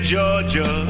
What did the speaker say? Georgia